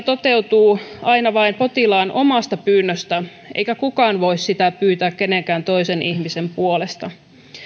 toteutuu aina vain potilaan omasta pyynnöstä eikä kukaan voi sitä pyytää kenenkään toisen ihmisen puolesta